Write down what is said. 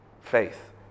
faith